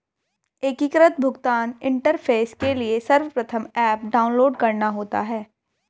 एकीकृत भुगतान इंटरफेस के लिए सर्वप्रथम ऐप डाउनलोड करना होता है